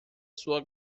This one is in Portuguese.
sua